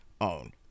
own